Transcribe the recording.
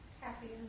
Happy